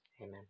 Amen